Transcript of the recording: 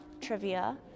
Trivia